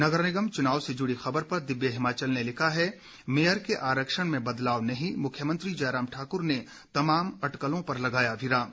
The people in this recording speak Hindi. नगर निगम चुनाव से जुड़ी खबर पर दिव्य हिमाचल ने लिखा है मेयर के आरक्षण में बदलाव नहीं मुख्यमंत्री जयराम ठाक्र ने तमाम अटकलों पर लगाया विराम